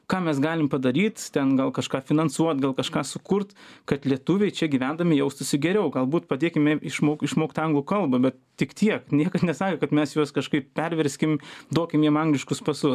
ką mes galim padaryt ten gal kažką finansuot gal kažką sukurt kad lietuviai čia gyvendami jaustųsi geriau galbūt padėkim jiem išmok išmokt anglų kalbą bet tik tiek niekad nesakė kad mes juos kažkaip perverskim duokim jiem angliškus pasus